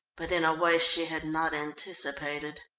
but in a way she had not anticipated.